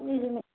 నిజమే